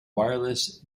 wireless